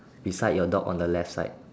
beside your dog on the left side